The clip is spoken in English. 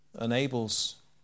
enables